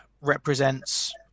represents